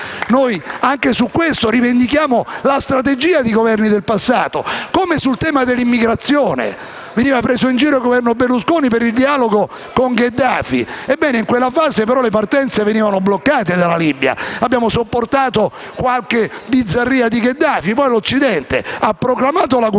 Anche su questo rivendichiamo la strategia dei Governi del passato, come sul tema dell'immigrazione. Il Governo Berlusconi veniva preso in giro per il dialogo con Gheddafi. Ebbene, in quella fase però le partenze venivano bloccate dalla Libia. Abbiamo sopportato qualche bizzarria di Gheddafi. Poi, l'Occidente ha proclamato la guerra,